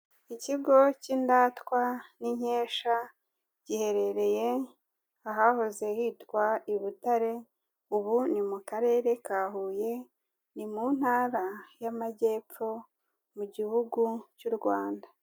Ikigo cy'indatwa n'inkesha giherereye ahahoze hitwa i Butare, ubu ni mu karere ka Huye, ni mu ntara y'amajyepfo mu gihugu cy'u Rwanda.